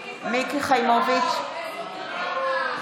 וואו, איזו דרמה,